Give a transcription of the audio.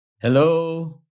Hello